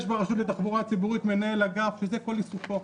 יש ברשות לתחבורה הציבורית מנהל אגף שזה כל עיסוקו.